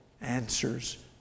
answers